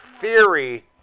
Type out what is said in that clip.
theory